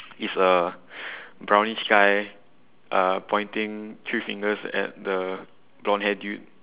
is a brownish guy uh pointing three fingers at the blonde hair dude